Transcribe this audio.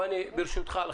ברשותך, אני